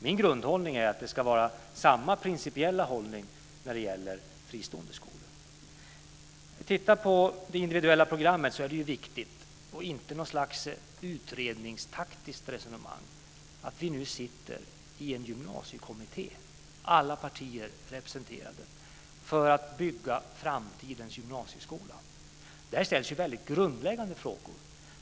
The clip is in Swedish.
Min grundinställning är att det ska vara samma principiella hållning när det gäller fristående skolor. När det gäller det individuella programmet är det viktigt - och inte något slags utredningstaktiskt resonemang - att vi nu sitter i en gymnasiekommitté med alla partier representerade för att bygga framtidens gymnasieskola. Där ställs väldigt grundläggande frågor.